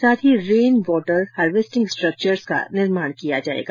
साथ ही rain water harvesting structures का निर्माण किया जाएगा